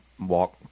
walk